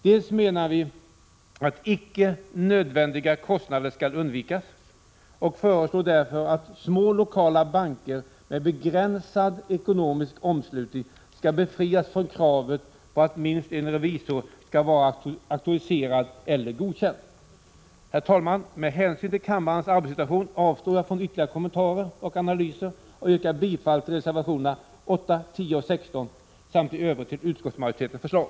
Dels menar vi att icke nödvändiga kostnader skall undvikas och föreslår därför att små lokala banker med begränsad ekonomisk omslutning skall befrias från kravet på att minst en revisor skall vara auktoriserad eller godkänd. Herr talman! Med hänsyn till kammarens arbetssituation avstår jag från ytterligare kommentarer och analyser och yrkar bifall till reservationerna 8, 10 och 16 samt i övrigt till utskottsmajoritetens förslag.